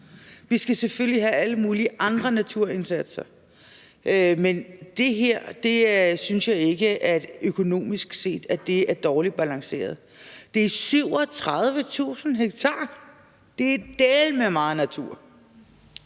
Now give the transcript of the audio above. Vi skal selvfølgelig have alle mulige andre naturindsatser. Men det her synes jeg ikke er dårligt balanceret økonomisk set. Det er 37.000 ha. Det er dæleme meget natur.